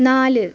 നാല്